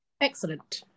Excellent